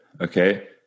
Okay